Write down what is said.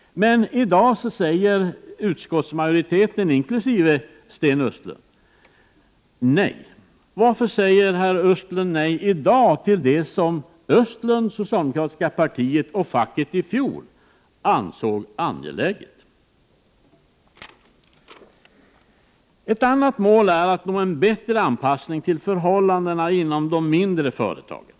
Men i dag säger utskottsmajoriteten inkl. Sten Östlund nej. Varför säger Sten Östlund i dag nej till det som Sten Östlund, det socialdemokratiska partiet och facket i fjol ansåg vara angeläget? Ett annat mål är att nå en bättre anpassning til förhållandena inom de mindre företagen.